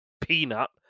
peanut